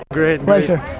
great. pleasure.